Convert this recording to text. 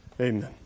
Amen